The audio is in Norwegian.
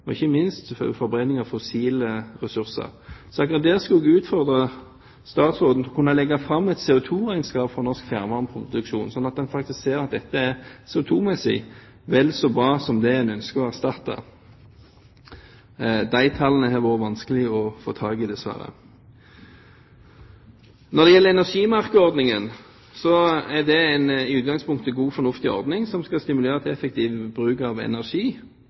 og ikke minst forbrenning av fossile ressurser. Så akkurat der vil jeg utfordre statsråden til å legge fram et CO2-regnskap for norsk fjernvarmeproduksjon, slik at en faktisk ser at dette CO2-messig er vel så bra som det en ønsker å erstatte. De tallene har vært vanskelige å få tak i, dessverre. Når det gjelder energimerkeordningen, er det en i utgangspunktet god og fornuftig ordning som skal stimulere til effektiv bruk av energi,